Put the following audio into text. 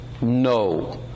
No